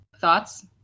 thoughts